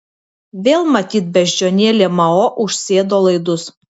vėl matyt beždžionėlė mao užsėdo laidus